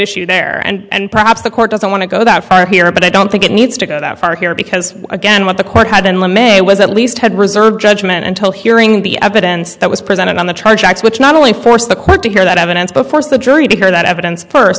issue there and perhaps the court doesn't want to go that far here but i don't think it needs to go that far here because again what the court had been let me was at least had reserve judgment until hearing the evidence that was presented on the tracks which not only force the court to hear that evidence but first the jury to hear that evidence first